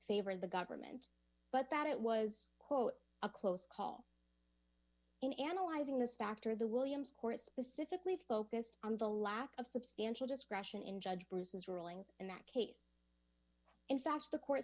favor the government but that it was quote a close call in analyzing this factor the williams court specifically focused on the lack of substantial discretion in judge bruce's rulings in that case in fact the court